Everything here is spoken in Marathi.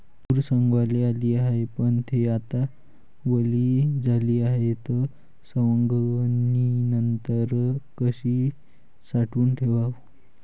तूर सवंगाले आली हाये, पन थे आता वली झाली हाये, त सवंगनीनंतर कशी साठवून ठेवाव?